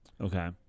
Okay